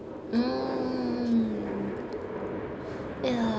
mm ya